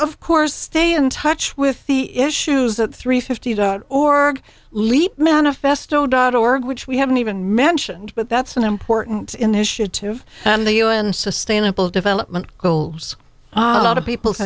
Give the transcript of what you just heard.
of course stay in touch with the issues at three fifty dot org leap manifesto dot org which we haven't even mentioned but that's an important initiative and the un sustainable development goals lot of people